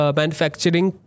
manufacturing